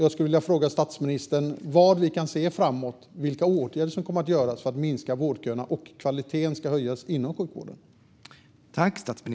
Jag skulle vilja fråga statsministern vad vi kan se framåt. Vilka åtgärder kommer att vidtas för att minska vårdköerna och höja kvaliteten inom sjukvården?